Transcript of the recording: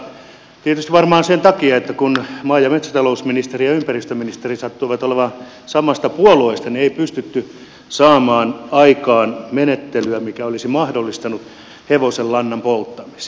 viime hallitus tietysti varmaan sen takia että kun maa ja metsätalousministeri ja ympäristöministeri sattuivat olemaan samasta puolueesta ei pystynyt saamaan aikaan menettelyä mikä olisi mahdollistanut hevosenlannan polttamisen